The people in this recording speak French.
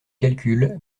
calcul